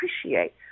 appreciate